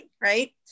Right